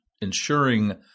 ensuring